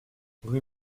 rue